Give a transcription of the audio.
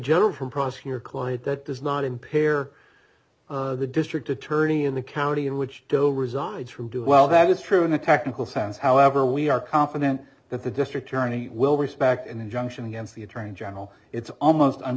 general from prosecutor client that does not impair the district attorney in the county in which till resigns from doing well that is true in a technical sense however we are confident that the district attorney will respect an injunction against the attorney general it's almost u